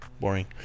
boring